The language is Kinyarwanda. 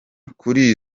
kuri